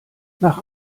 nach